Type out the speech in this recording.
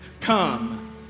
come